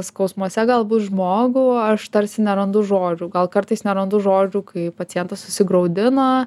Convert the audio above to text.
skausmuose galbūt žmogų aš tarsi nerandu žodžių gal kartais nerandu žodžių kai pacientas susigraudina